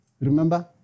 Remember